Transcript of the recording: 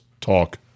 talk